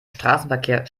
straßenverkehr